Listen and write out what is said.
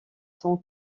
son